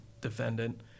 defendant